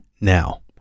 now